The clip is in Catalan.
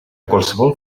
qualsevol